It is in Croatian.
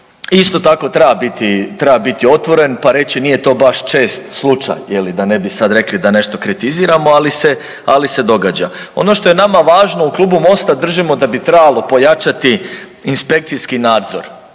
Isto tako treba biti otvoren pa reći nije to baš čest slučaj, je li, da ne bi sad rekli da nešto kritiziramo ali se događa. Ono što je nama važno u klubu MOST-a, držimo da bi trebalo pojačati inspekcijski nadzor,